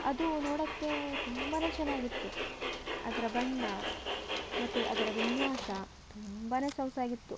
ಅದು ನೋಡಕ್ಕೆ ತುಂಬ ಚೆನ್ನಾಗಿತ್ತು ಅದರ ಬಣ್ಣ ಮತ್ತು ಅದರ ವಿನ್ಯಾಸ ತುಂಬ ಸೊಗಸಾಗಿತ್ತು